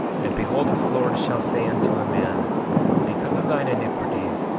and behold, if the lord shall say unto a man because of thine iniquities,